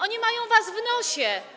Oni mają was w nosie.